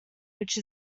which